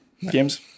games